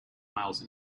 miles